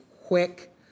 quick